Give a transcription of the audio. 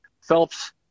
Phelps